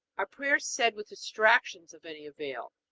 are prayers said with distractions of any avail?